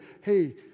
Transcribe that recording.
hey